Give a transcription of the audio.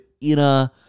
inner